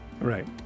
Right